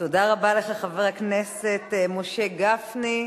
תודה רבה לך, חבר הכנסת משה גפני.